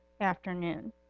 afternoon